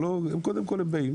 אבל קודם כל הם באים,